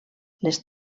les